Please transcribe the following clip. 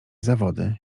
zawody